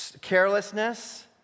carelessness